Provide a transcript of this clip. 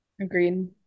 Agreed